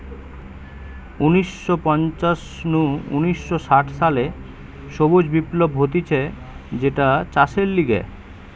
উনিশ শ পঞ্চাশ নু উনিশ শ ষাট সালে সবুজ বিপ্লব হতিছে যেটা চাষের লিগে